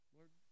Lord